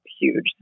huge